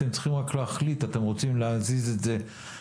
אתם צריכים רק להחליט אם אתם רוצים להזיז את זה דרך